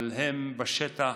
אבל הם בשטח,